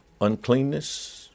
uncleanness